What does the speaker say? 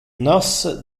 nos